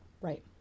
right